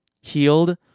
healed